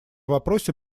вопросе